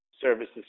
services